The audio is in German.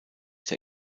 der